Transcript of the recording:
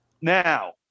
now